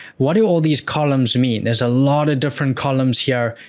what do all these columns mean? there's a lot of different columns here.